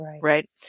right